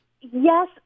Yes